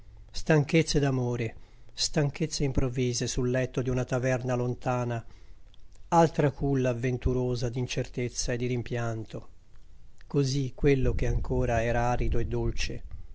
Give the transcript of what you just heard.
stanchezze d'amore stanchezze improvvise sul letto di una taverna lontana altra culla avventurosa di incertezza e di rimpianto così quello che ancora era arido e dolce